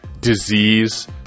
Disease